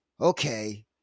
okay